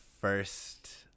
first